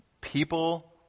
people